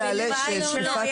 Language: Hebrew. בעונה.